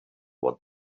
what